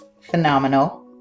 phenomenal